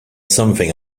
something